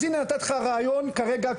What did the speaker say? אז הנה נתתי לך רעיון כרגע,